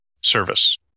Service